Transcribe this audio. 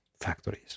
factories